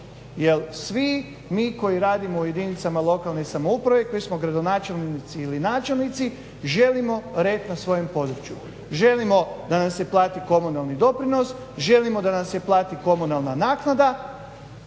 svi mi koji radimo u jedinicama lokalne samouprave koji smo gradonačelnici i načelnici želimo red na svojem području, želimo da nam se plati komunalni doprinos, želimo da nam se plati komunalna naknada,